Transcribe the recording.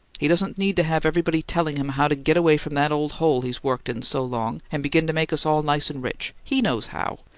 he doesn't need to have everybody telling him how to get away from that old hole he's worked in so long and begin to make us all nice and rich. he knows how!